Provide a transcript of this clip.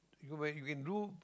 you can you can do